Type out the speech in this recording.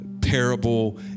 parable